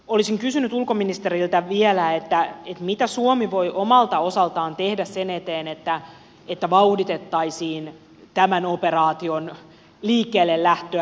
olisin vielä kysynyt ulkoministeriltä mitä suomi voi omalta osaltaan tehdä sen eteen että vauhditettaisiin tämän operaation liikkeellelähtöä